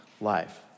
life